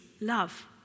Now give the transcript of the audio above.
love